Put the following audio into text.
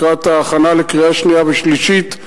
לקראת ההכנה לקריאה שנייה ושלישית,